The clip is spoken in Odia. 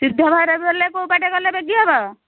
ସିଦ୍ଧ ଭୈରବୀ ଗଲେ କେଉଁ ବାଟେ ଗଲେ ବେଗି ହେବ